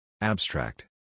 Abstract